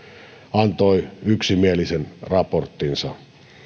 antoi yksimielisen raporttinsa